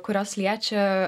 kurios liečia